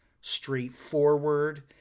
straightforward